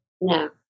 No